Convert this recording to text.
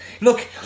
Look